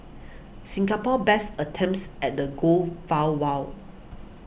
Singapore's best attempts at the goal fell well